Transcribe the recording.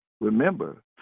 Remember